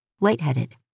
lightheaded